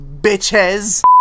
bitches